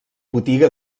botiga